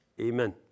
Amen